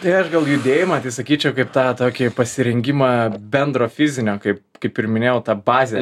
tai aš gal judėjimą tai sakyčiau kaip tą tokį pasirengimą bendro fizinio kaip kaip ir minėjau tą bazę